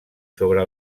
sobre